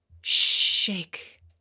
shake